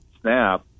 snap